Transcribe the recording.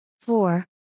Four